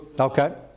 Okay